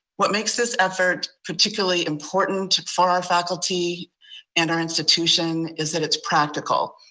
what makes this effort particularly important for our faculty and our institution is that it's practical.